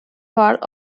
part